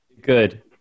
good